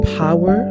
power